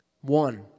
One